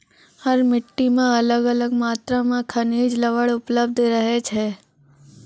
हर मिट्टी मॅ अलग अलग मात्रा मॅ खनिज लवण उपलब्ध रहै छै